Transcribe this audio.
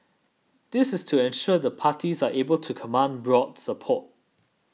this is to ensure the parties are able to command broad support